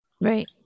Right